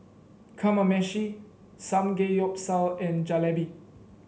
Kamameshi Samgeyopsal and Jalebi